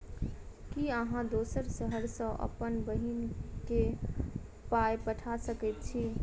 की अहाँ दोसर शहर सँ अप्पन बहिन केँ पाई पठा सकैत छी?